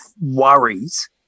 worries